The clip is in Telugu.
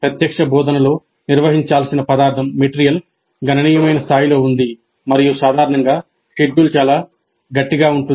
ప్రత్యక్ష బోధనలో నిర్వహించాల్సిన పదార్థం గణనీయమైన స్థాయిలో ఉంది మరియు సాధారణంగా షెడ్యూల్ చాలా గట్టిగా ఉంటుంది